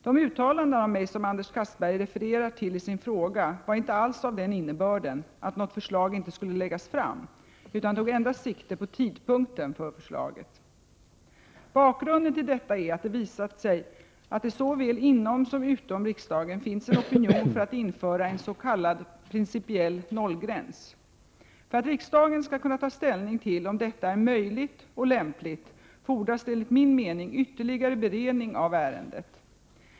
De uttalanden av mig som Anders Castberger refererar till i sin fråga var inte alls av den innebörden att något förslag inte skulle läggas fram utan tog endast sikte på tidpunkten för förslaget. Bakgrunden till detta är att det visat sig att det såväl inom som utom riksdagen finns en opinion för att införa en s.k. principiell nollgräns. För att riksdagen skall kunna ta ställning till om detta är möjligt och lämpligt fordras det enligt min mening ytterligare beredning av ärendet.